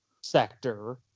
sector